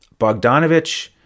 Bogdanovich